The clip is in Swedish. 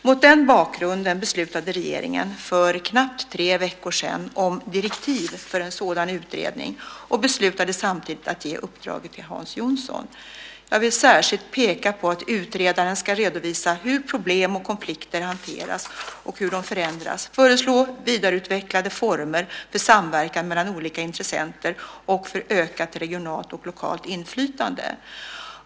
Mot den bakgrunden beslutade regeringen för knappt tre veckor sedan om direktiv för en sådan utredning och beslutade samtidigt att ge uppdraget till Hans Jonsson. Jag vill särskilt peka på att utredaren ska redovisa hur problem och konflikter hanteras och hur de förändrats, föreslå vidareutvecklade former för samverkan mellan olika intressenter och för ökat regionalt och lokalt inflytande.